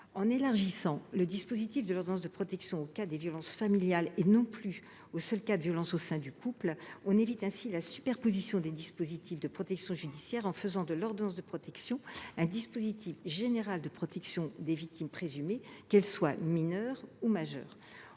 En élargissant le champ de l’ordonnance de protection aux cas des violences familiales, et non plus aux seuls cas de violences au sein du couple, nous évitons la superposition des dispositifs de protection judiciaire. L’ordonnance de protection devient un dispositif général de protection des victimes présumées, qu’elles soient mineures ou majeures.